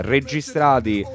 Registrati